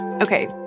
Okay